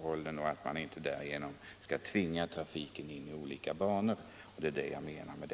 håll och att man inte skall tvinga in trafiken i andra banor. Det var det jag avsåg.